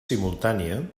simultània